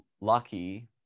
lucky